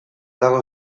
dago